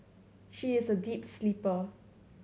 she is a deep sleeper